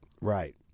Right